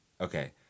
Okay